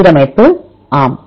சீரமைப்பு ஆம்